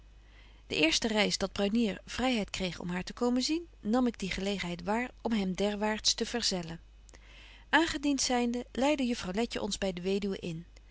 de eerste reis dat brunier vryheid kreeg om haar te komen zien nam ik die gelegenheid waar om hem derwaards te verzellen aangedient zynde leidde juffrouw letje ons by de weduwe in